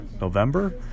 November